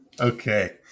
Okay